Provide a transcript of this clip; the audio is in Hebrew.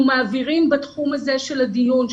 אנחנו מעבירים בתחום הזה של הדיון,